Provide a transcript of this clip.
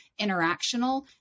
interactional